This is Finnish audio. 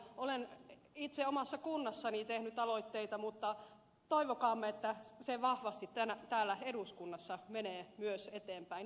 olen itse omassa kunnassani tehnyt aloitteita mutta toivokaamme että se vahvasti myös täällä eduskunnassa menee eteenpäin